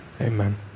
Amen